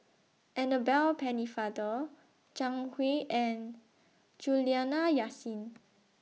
Annabel Pennefather Jiang Hu and Juliana Yasin